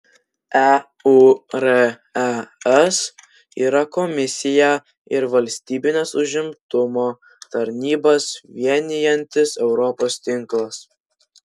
eures yra komisiją ir valstybines užimtumo tarnybas vienijantis europos tinklas